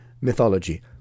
mythology